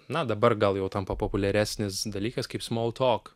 na dabar gal jau tampa populiaresnis dalykas kaip smol tok